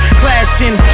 clashing